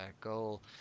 goal